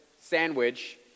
sandwich